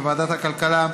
בוועדת הכלכלה,